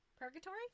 purgatory